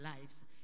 lives